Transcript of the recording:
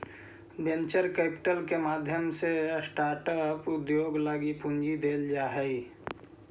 venture capital के माध्यम से स्टार्टअप उद्योग लगी पूंजी देल जा हई